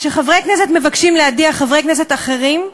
כשחברי הכנסת מבקשים להדיח חברי כנסת אחרים,